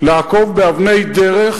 לעקוב באבני דרך,